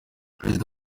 perezida